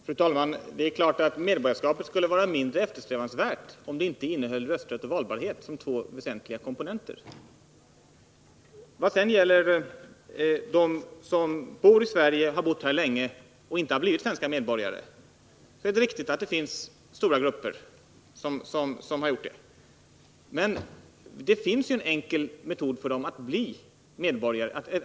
Fru talman! Medborgarskapet skulle givetvis vara mindre eftersträvansvärt om det inte innehöll rösträtt och valbarhet såsom två väsentliga komponenter. Det är riktigt att många har bott här länge men inte blivit svenska medborgare. Men det finns en enkel metod för dem att få rösträtt, och det är att ansöka om medborgarskap.